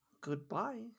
Goodbye